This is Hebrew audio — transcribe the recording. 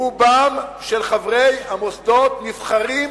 רוב חברי המוסדות נבחרים